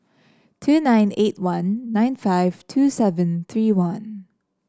two nine eight one nine five two seven three one